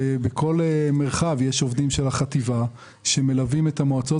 בכל מרחב יש עובדים של החטיבה שמלווים את המועצות